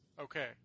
okay